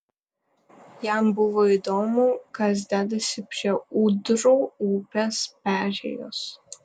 jam buvo įdomu kas dedasi prie ūdrų upės perėjos